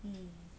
mmhmm